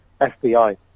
FBI